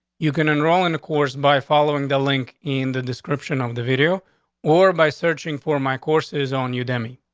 you can enroll in a course by following the link in the description of the video or by searching for my courses on your demo.